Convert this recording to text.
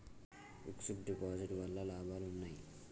Fix డ్ deposit వల్ల లాభాలు ఉన్నాయి?